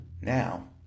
Now